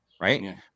Right